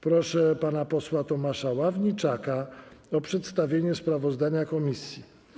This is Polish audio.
Proszę pana posła Tomasza Ławniczaka o przedstawienie sprawozdania komisji.